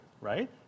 right